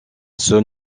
seul